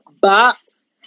box